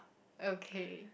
okay